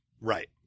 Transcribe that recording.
Right